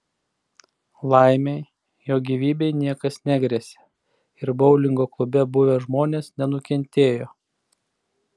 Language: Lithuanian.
laimei jo gyvybei niekas negresia ir boulingo klube buvę žmonės nenukentėjo